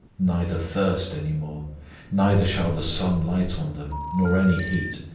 neither thirst any more neither shall the sun light on them, nor any heat.